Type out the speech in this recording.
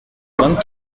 quatre